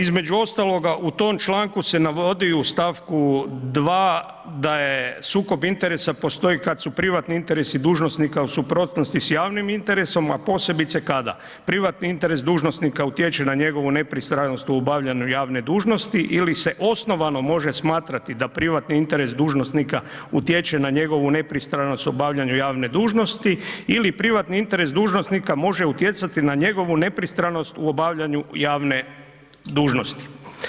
Između ostaloga, u tom članku se navodi u st. 2 da je sukob interesa, postoji kad su privatni interesi dužnosnika u suprotnosti s javnim interesom, a posebice kada privatni interes dužnosnika utječe na njegovu nepristranost u obavljanju javne dužnosti ili se osnovano može smatrati da privatni interes dužnosnika utječe na njegovu nepristranost u obavljanju javne dužnosti ili privatni interes dužnosnika može utjecati na njegovu nepristranost u obavljanju javne dužnosti.